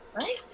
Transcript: Right